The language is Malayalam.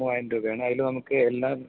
മൂവായിരം രൂപയാണ് അതിൽ നമുക്ക് എല്ലാം